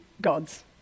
God's